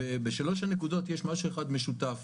ובשלוש הנקודות יש משהו אחד משותף.